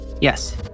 yes